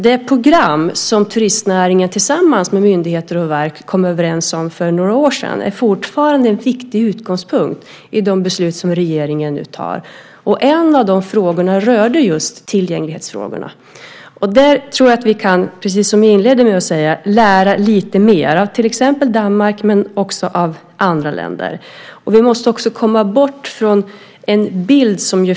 Det program som turistnäringen tillsammans med myndigheter och verk kommer överens om för några år sedan är fortfarande en viktig utgångspunkt i de beslut som regeringen nu fattar. En av de frågorna rörde just tillgänglighetsfrågorna. Där tror jag att vi kan, precis som jag inledde med att säga, lära lite mer av till exempel Danmark men också av andra länder. Vi måste också komma bort från den bild som finns.